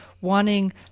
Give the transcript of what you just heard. wanting